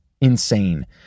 insane